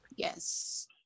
Yes